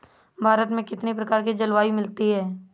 भारत में कितनी प्रकार की जलवायु मिलती है?